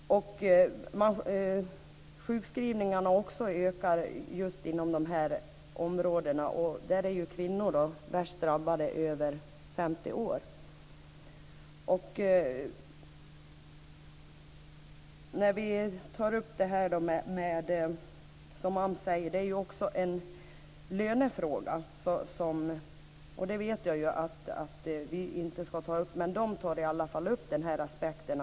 Sjukskrivningarna ökar inom de här områdena, och där är kvinnor över 50 år de värst drabbade. AMS säger att detta också är en lönefråga. Jag vet att vi inte ska ta upp det, men AMS tar i alla fall upp den aspekten.